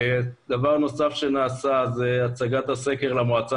דבר נוסף שנעשה הצגת הסקר למועצה